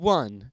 one